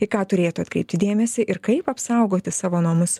į ką turėtų atkreipti dėmesį ir kaip apsaugoti savo namus